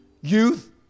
youth